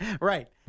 Right